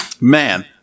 man